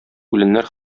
үләннәр